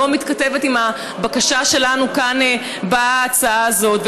מתכתבת עם הבקשה שלנו כאן בהצעה הזאת.